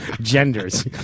genders